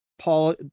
Paul